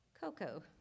Coco